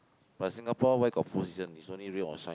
but Singapore where got four season it's either rain or shine